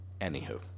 Anywho